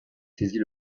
saisit